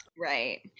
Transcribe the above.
Right